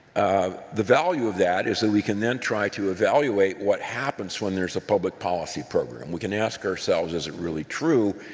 the value of that is we can then try to evaluate what happens when there's a public policy program. we can ask ourselves, is it really true,